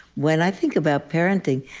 when i think about parenting,